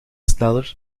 sneller